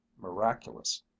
miraculous